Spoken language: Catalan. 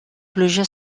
pluja